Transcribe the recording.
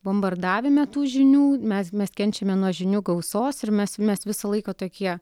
bombardavime tų žinių mes mes kenčiame nuo žinių gausos ir mes mes visą laiką tokie